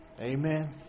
Amen